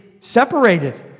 separated